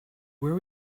where